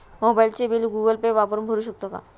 मोबाइलचे bill Google Pay वापरून भरू शकतो का?